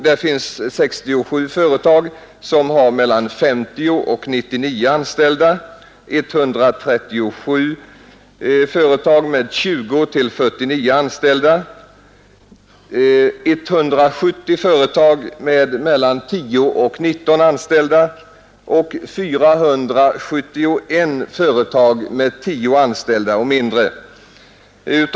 Det finns 67 företag som har 50—99 anställda, 137 företag med 20—49 anställda, 170 företag med 10—19 anställda och 471 företag med 9 anställda och därunder.